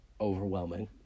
overwhelming